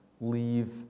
leave